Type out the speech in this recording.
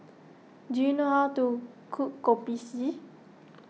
do you know how to cook Kopi C